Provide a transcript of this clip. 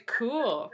cool